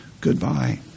goodbye